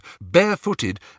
barefooted